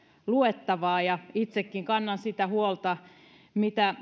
luettavaa ja itsekin kannan sitä huolta mitä